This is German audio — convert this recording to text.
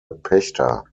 pächter